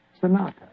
Sonata